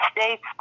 states